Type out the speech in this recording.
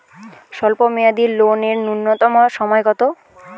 স্বল্প মেয়াদী লোন এর নূন্যতম সময় কতো?